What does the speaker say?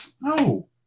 no